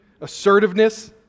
assertiveness